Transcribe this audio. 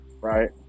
right